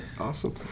awesome